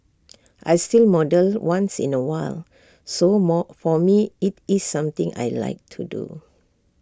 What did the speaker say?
I still model once in A while so more for me IT is something I Like to do